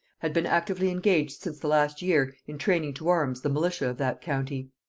had been actively engaged since the last year in training to arms the militia of that county.